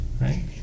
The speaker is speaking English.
right